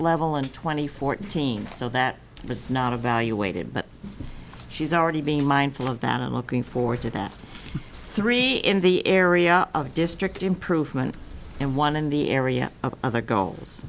level and twenty four teams so that it's not a value weighted but she's already being mindful of that i'm looking forward to that three in the area of district improvement and one in the area of other goals